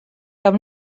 cap